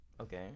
Okay